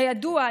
כידוע,